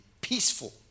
peaceful